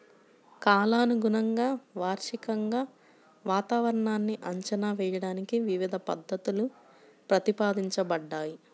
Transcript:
కాలానుగుణంగా, వార్షికంగా వాతావరణాన్ని అంచనా వేయడానికి వివిధ పద్ధతులు ప్రతిపాదించబడ్డాయి